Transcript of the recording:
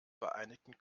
vereinigten